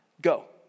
Go